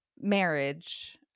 marriage